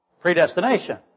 Predestination